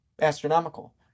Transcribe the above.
astronomical